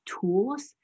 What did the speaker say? tools